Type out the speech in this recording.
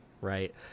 Right